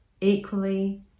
equally